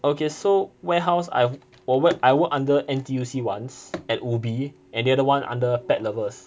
okay so warehouse I I work under N_T_U_C ones at ubi and the other one under Pet Lovers